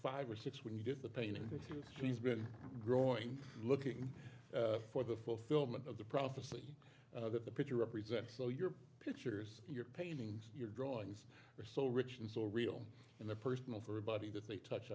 five or six when you did the painting he's been growing looking for the fulfillment of the prophecy that the preacher represents so your pictures your paintings your drawings are so rich and so real and the personal for a body that they touch